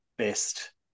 best